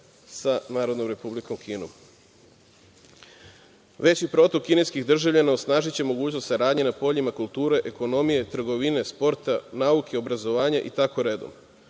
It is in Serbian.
sa Narodnom Republikom Kinom. Veći protok kineskih državljana osnažiće mogućnost saradnje na poljima kulture, ekonomije, trgovine, sporta, nauke, obrazovanja i tako redom.